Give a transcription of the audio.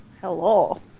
Hello